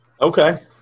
okay